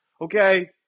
okay